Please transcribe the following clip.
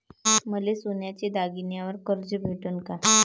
मले सोन्याच्या दागिन्यावर कर्ज भेटन का?